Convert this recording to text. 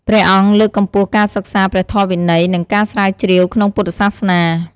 ព្រះអង្គលើកកម្ពស់ការសិក្សាព្រះធម៌វិន័យ និងការស្រាវជ្រាវក្នុងពុទ្ធសាសនា។